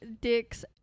dicks